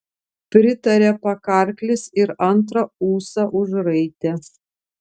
pritarė pakarklis ir antrą ūsą užraitė